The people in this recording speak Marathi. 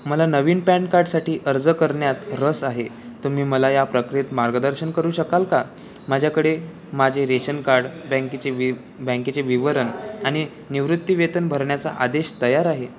मला नवीन पॅन कार्डसाठी अर्ज करण्यात रस आहे तुम्ही मला या प्रक्रियेत मार्गदर्शन करू शकाल का माझ्याकडे माझे रेशन कार्ड बँकेचे वि बँकेचे विवरण आणि निवृत्ती वेतन भरण्याचा आदेश तयार आहे